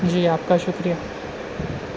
جی آپ کا شکریہ